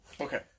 Okay